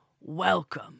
Welcome